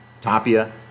Tapia